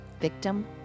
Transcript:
victim